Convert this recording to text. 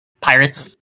pirates